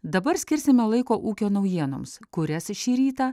dabar skirsime laiko ūkio naujienoms kurias šį rytą